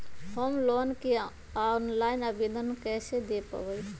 Home loan के online आवेदन कैसे दें पवई?